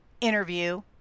interview